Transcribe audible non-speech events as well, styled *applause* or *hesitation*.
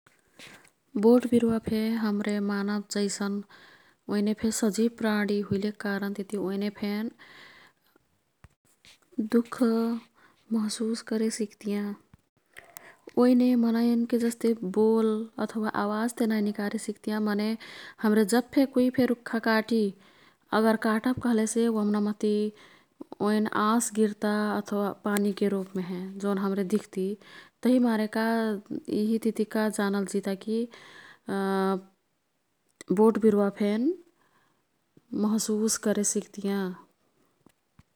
बोटविरुवा फे हम्मरे मानव जैसन ओईने फे सजिब प्राणी हुइलेक कारन तिती ओइने फे दुख महसुस करे सिक्तियाँ। ओईने मनैन्के जस्ते बोल अथवा आवाजते नाई निकारे सिक्तियाँ मने हाम्रे जबफे कुईफे रुख्खा काटी, अगर काटब कह्लेसे ओम्न मह्ती ओईन आंसगिर्ता अथवा पानीके रुपमेहें, जोन हाम्रे दिख्ती। तभिमारे का यिही तितीका जानल जिता की *hesitation* बोटविरुवा फेन महशुस करे सिक्तियाँ।